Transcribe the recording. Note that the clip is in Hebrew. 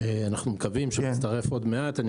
אנחנו מקווים שהוא יצטרף עוד מעט.